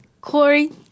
Corey